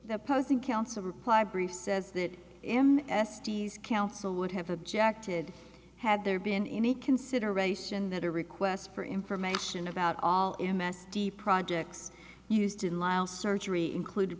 the posting counsel reply brief says that m s d's counsel would have objected had there been any consideration that a request for information about m s d projects used in lyle surgery included